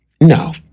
no